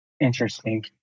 Interesting